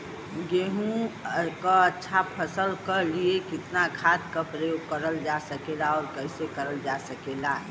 गेहूँक अच्छा फसल क लिए कितना खाद के प्रयोग करल जा सकेला और कैसे करल जा सकेला?